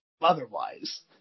otherwise